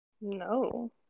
No